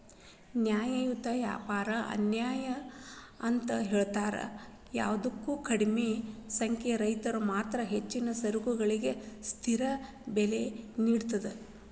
ನ್ಯಾಯಯುತ ವ್ಯಾಪಾರ ಅನ್ಯಾಯ ಅಂತ ಹೇಳ್ತಾರ ಯಾಕಂದ್ರ ಕಡಿಮಿ ಸಂಖ್ಯೆಯ ರೈತರಿಗೆ ಮಾತ್ರ ಹೆಚ್ಚಿನ ಸರಕುಗಳಿಗೆ ಸ್ಥಿರ ಬೆಲೆ ನೇಡತದ